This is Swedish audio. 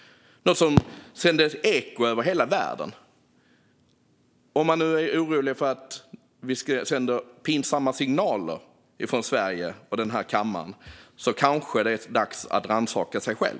Det sände ett eko över hela välden. Om man nu är orolig för att vi sänder pinsamma signaler från Sverige och den här kammaren kanske det är dags att rannsaka sig själv.